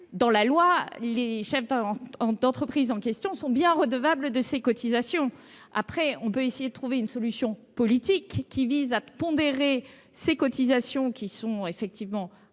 dans la loi, les chefs d'entreprise en question sont bien redevables de ces cotisations. Après, on peut essayer de trouver une solution politique visant à pondérer ces cotisations, qui sont effectivement